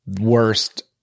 worst